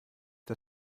der